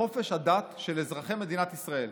בחופש הדת של אזרחי מדינת ישראל,